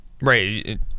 Right